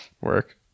Work